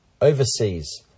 Overseas